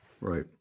right